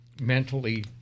mentally